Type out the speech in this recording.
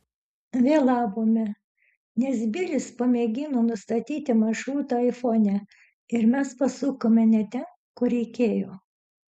vėlavome nes bilis pamėgino nustatyti maršrutą aifone ir mes pasukome ne ten kur reikėjo